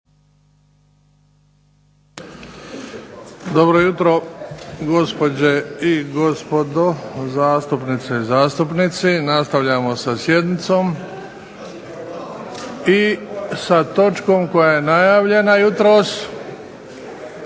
Dobro jutro gospođe i gospodo, zastupnice i zastupnici. Nastavljamo sa sjednicom. I sa točkom koja je najavljena jutros,